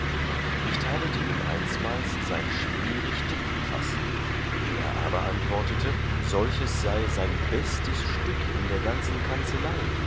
ich tadelte ihm einsmals sein schmierig tintenfaß er aber antwortete solches sei sein bestes stück in der ganzen kanzelei